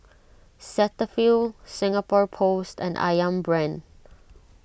Cetaphil Singapore Post and Ayam Brand